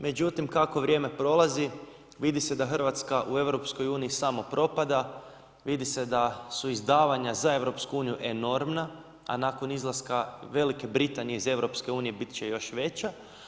Međutim, kako vrijeme prolazi vidi se da Hrvatska u EU samo propada, vidi se da su izdavanja za EU enormna, a nakon izlaska Velike Britanije iz EU bit će još veća.